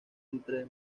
entre